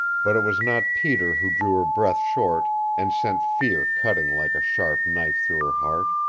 but it was not peter who drew her breath short and sent fear cutting like a sharp knife through her heart.